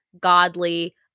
godly